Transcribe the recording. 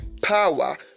power